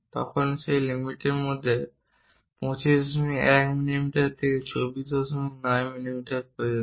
তখন সেই লিমিটের মধ্যে 251 মিমি থেকে 249 মিমি পর্যন্ত